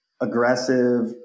Aggressive